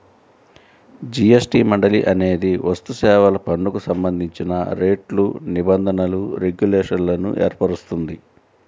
GST మండలి అనేది వస్తుసేవల పన్నుకు సంబంధించిన రేట్లు, నిబంధనలు, రెగ్యులేషన్లను ఏర్పరుస్తుంది